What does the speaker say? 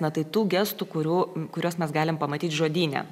na tai tų gestų kurių kuriuos mes galim pamatyt žodyne